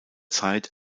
zeit